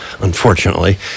unfortunately